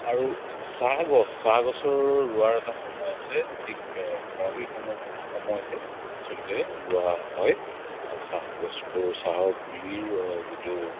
আৰু চাহ গছ চাহ গছৰ ৰোৱাৰ এটা সময় আছে ঠিক খৰালি সমূহ সময়তে আচলতে ৰোৱা হয় চাহ গছবোৰ চাহৰ পুলিৰ যিটো